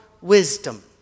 wisdom